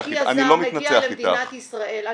משקיע זר מגיע למדינת ישראל -- אני לא מתנצח איתך.